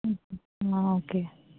okay